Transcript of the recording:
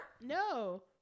No